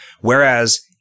Whereas